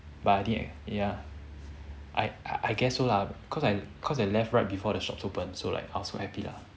but I didn't ya I I guess so lah cause I cause I left right before the shops open so like I was so happy lah